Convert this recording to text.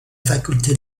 faculté